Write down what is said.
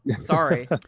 Sorry